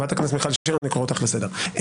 אני קורא אותך לסדר.